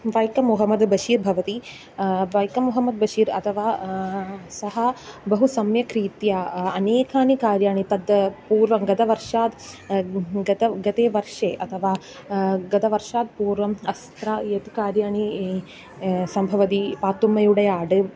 वै के मोहमद् बशीर् भवति वै क मोहमद् बशीर् अथवा सः बहु सम्यक् रीत्या अनेकानि कार्याणि तद् पूर्वं गतवर्षात् गतं गते वर्षे अथवा गतवर्षात् पूर्वम् अत्र यत् कार्याणि सम्भवति पातुम्मयुडया आड्